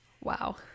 wow